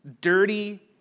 dirty